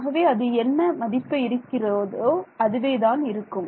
ஆகவே அது என்ன மதிப்பு இருக்கிறதோ அதுவே தான் இருக்கும்